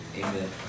Amen